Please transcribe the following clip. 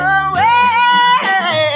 away